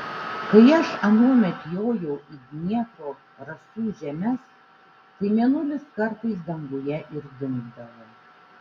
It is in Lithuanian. kai aš anuomet jojau į dniepro rasų žemes tai mėnulis kartais danguje ir dingdavo